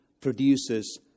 produces